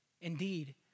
indeed